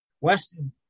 Weston